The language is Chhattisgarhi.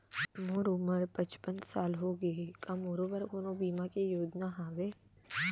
मोर उमर पचपन साल होगे हे, का मोरो बर कोनो बीमा के योजना हावे?